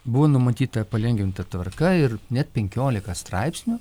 buvo numatyta palengvinta tvarka ir net penkiolika straipsnių